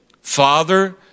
Father